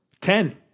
Ten